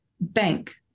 bank